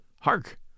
hark